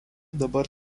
dabar